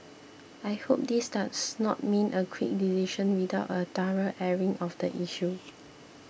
I hope this does not mean a quick decision without a thorough airing of the issue